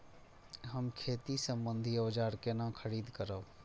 हम खेती सम्बन्धी औजार केना खरीद करब?